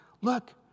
look